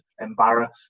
embarrassed